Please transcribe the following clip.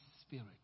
spirit